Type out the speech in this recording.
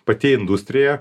pati industrija